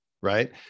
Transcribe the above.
right